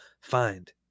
find